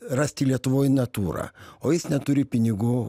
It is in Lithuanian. rasti lietuvoj natūrą o jis neturi pinigų